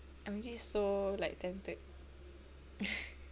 I'm legit so like tempted